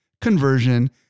conversion